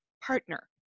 partner